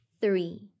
three